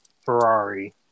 Ferrari